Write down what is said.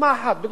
דוגמה שנייה: